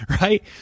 right